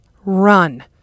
Run